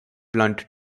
blunt